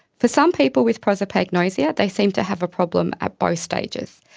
for some people with prosopagnosia, they seem to have a problem at both stages.